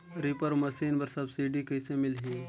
Reaper machine बर subsidy कइसे मिलही?